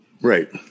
Right